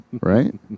Right